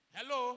Hello